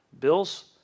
bills